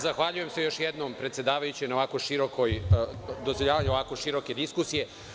Zahvaljujem se još jednom predsedavajućoj na dozvoljavanju ovako široke diskusije.